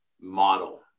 model